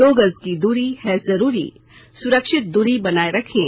दो गज की दूरी है जरूरी सुरक्षित दूरी बनाए रखें